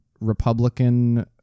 Republican